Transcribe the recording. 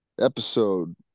episode